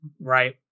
Right